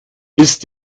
ist